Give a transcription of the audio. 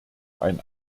ein